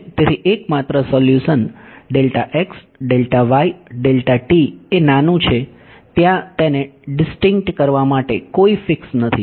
તેથી એકમાત્ર સોલ્યુશન એ નાનું છે ત્યાં તેને ડીસ્ટિંક્ટ કરવા માટે કોઈ ફિક્સ નથી